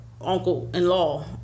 uncle-in-law